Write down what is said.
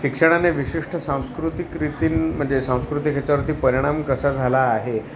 शिक्षणाने विशिष्ट सांस्कृतिक रीतीनं म्हणजे सांस्कृतिक ह्याच्यावरती परिणाम कसा झाला आहे